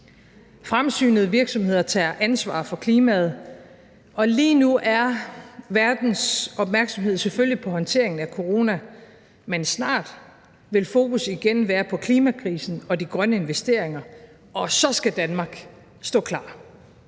Fremsynede virksomheder tager ansvar for klimaet, og lige nu er verdens opmærksomhed selvfølgelig på håndteringen af corona, men snart vil fokus igen være på klimakrisen og de grønne investeringer, og så skal Danmark stå klar.